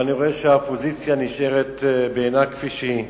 אבל אני רואה שהאופוזיציה נשארת בעינה, כפי שהיא,